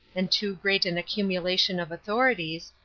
and too great an accumulation of authorities,